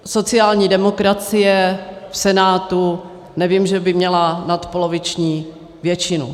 Sociální demokracie v Senátu, nevím, že by měla nadpoloviční většinu.